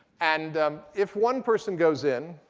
and if one person goes in,